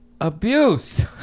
Abuse